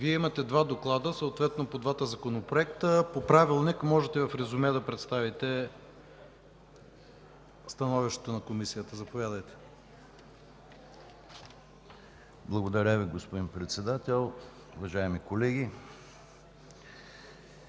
Вие имате два доклада, съответно по двата законопроекта. По Правилник може в резюме да представите становищата на Комисията. ДОКЛАДЧИК ИВАН ЧОЛАКОВ: Благодаря Ви, господин Председател. Уважаеми колеги!